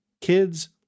kids